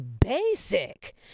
basic